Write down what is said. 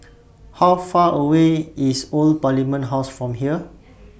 How Far away IS Old Parliament House from here